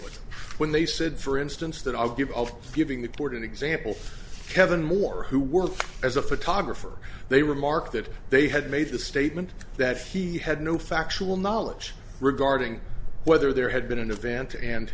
when they said for instance that i'll give of giving the court an example kevin moore who works as a photographer they remarked that they had made the statement that he had no factual knowledge regarding whether there had been an advantage and